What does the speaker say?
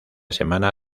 semana